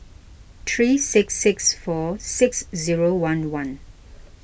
three six six four six zero one one